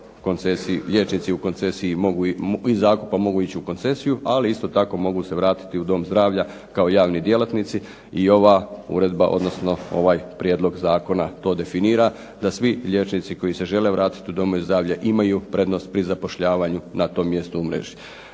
liječnici iz zakupa mogu ići u koncesiju, ali isto tako mogu se vratiti u dom zdravlja kao javni djelatnici. I ova uredba odnosno ovaj prijedlog zakona to definira da svi liječnici koji se žele vratiti u domove zdravlja imaju prednost pri zapošljavanju na tom mjestu u mreži.